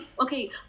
Okay